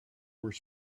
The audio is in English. were